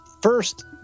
first